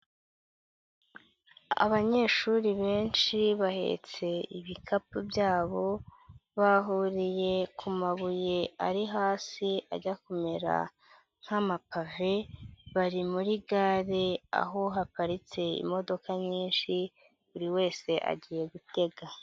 Abanyeshuri benshi bahetse ibikapu byabo, bahuriye ku mabuye ari hasi ajya kumera nk'amapave, bari muri gare, aho haparitse imodoka nyinshi, buri wese agiye gutega.